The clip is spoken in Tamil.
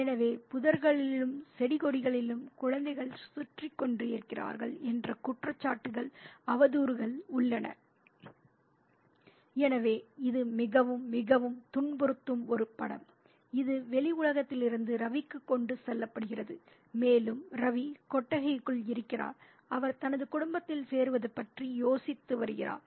எனவே புதர்களிலும் செடி கொடிகளிலும் குழந்தைகள் சுற்றிக் கொண்டிருக்கிறார்கள் என்ற குற்றச்சாட்டுகள் அவதூறுகள் உள்ளன எனவே இது மிகவும் மிகவும் துன்புறுத்தும் ஒரு படம் இது வெளி உலகத்திலிருந்து ரவிக்கு கொண்டு செல்லப்படுகிறது மேலும் ரவி கொட்டகைக்குள் இருக்கிறார் அவர் தனது குடும்பத்தில் சேருவது பற்றி யோசித்து வருகிறார்